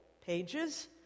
pages